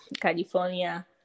California